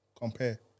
Compare